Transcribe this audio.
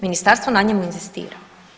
Ministarstvo na njemu inzistira.